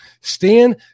Stan